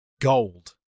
gold